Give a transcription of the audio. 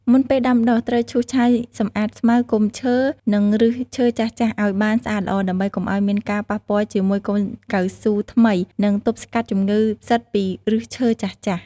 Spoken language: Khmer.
មុនពេលដាំដុះ ត្រូវឈូសឆាយសំអាតស្មៅ គុម្ពឈើ និងឬសឈើចាស់ៗឱ្យបានស្អាតល្អ ដើម្បីកុំឱ្យមានការប៉ះពាលជាមួយកូនកៅស៊ូថ្មី និងទប់ស្កាត់ជំងឺផ្សិតពីឫសឈើចាស់ៗ។